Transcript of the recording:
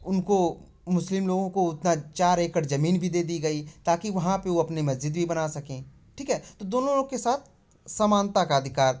उनको मुस्लिम लोगों को उतना चार एकड़ ज़मीन भी दे दी गई ताकि वहाँ पर वह अपने मस्ज़िद भी बना सकें ठीक है तो दोनों के साथ समानता का अधिकार